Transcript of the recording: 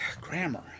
Grammar